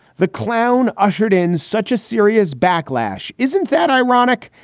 the clown ushered in such a serious backlash. isn't that ironic?